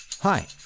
Hi